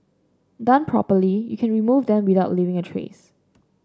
done properly you can remove them without leaving a trace